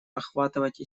охватывать